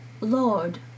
Lord